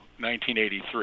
1983